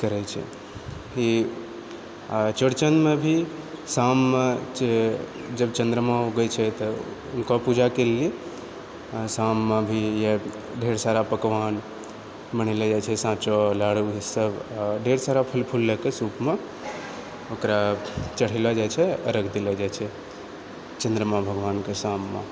करैत छै ई आ चौड़चनमे भी शाममे जब चंद्रमा उगै छै तऽ उनका पूजाके लिए शाममे भी इएह ढेर सारा पकवान बनेलहुँ जाइत छै साँचो सब आ ढेर सारा फल फूल लए कऽ सूपमे ओकरा चढ़ेलो जाइत छै अरघ देलो जाय छै चंद्रमा भगवानके शाममे